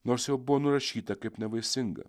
nors jau buvo nurašyta kaip nevaisinga